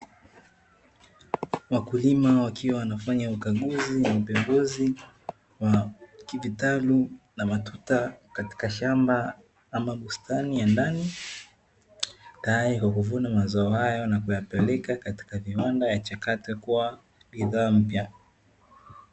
Wakulima wakiwa wanafanya ukaguzi na upembuzi wa vitalu na matuta katika shamba ama bustani ya ndani, tayari kwa kuvuna mazao hayo na kuyapeleka katika viwanda yachakatwe kuwa bidhaa mpya.